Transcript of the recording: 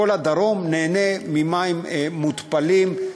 כל הדרום נהנה ממים מותפלים,